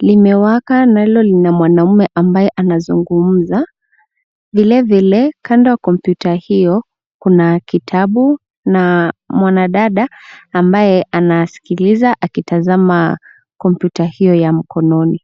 limewaka nalo lina mwanaume ambaye anazungumza. Vile vile kando ya kompyuta hio kuna kitabu na mwanadada ambaye anasikiliza akitazama kompyuta hio ya mkononi.